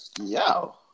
yo